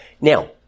Now